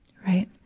right.